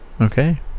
Okay